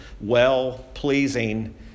well-pleasing